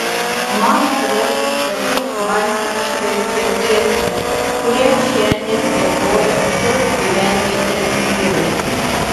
mano brolis tegu man išverčia giesmę kurią šiandien giedojo šios gyvenvietės vyrai